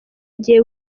gihe